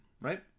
right